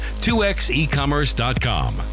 2xecommerce.com